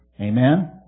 Amen